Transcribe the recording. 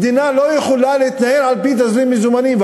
מדינה לא יכולה להתנהל על-פי תזרים מזומנים.